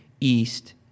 east